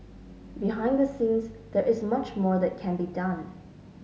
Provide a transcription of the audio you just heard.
behind the scenes there is much more that can be done